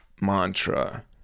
mantra